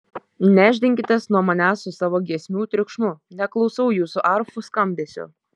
nešdinkitės nuo manęs su savo giesmių triukšmu neklausau jūsų arfų skambesio